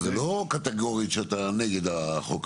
זה לא שאתה נגד החוק קטגורית.